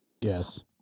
Yes